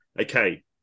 Okay